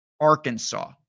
Arkansas